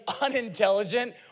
unintelligent